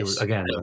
again